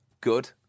good